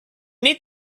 need